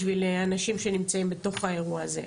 בשביל אנשים שנמצאים בתוך האירוע הזה.